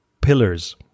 pillars